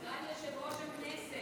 סגן יושב-ראש הכנסת.